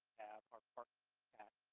our partners at